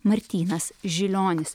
martynas žilionis